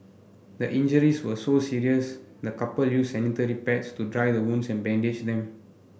the injuries were so serious the couple used sanitary pads to dry the wounds and bandage them